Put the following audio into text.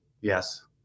Yes